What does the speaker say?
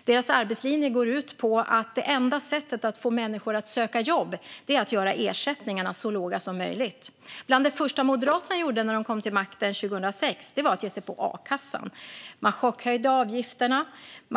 Moderaternas arbetslinje går ut på att det enda sättet att få människor att söka jobb är att göra ersättningarna så låga som möjligt. Bland det första Moderaterna gjorde när man kom till makten 2006 var att ge sig på a-kassan. Man chockhöjde avgifterna